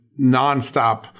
nonstop